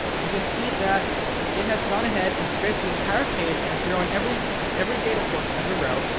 you can see that it has gone ahead and scraped the entire page and thrown every every data point as a row,